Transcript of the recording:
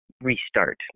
restart